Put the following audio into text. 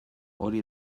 hori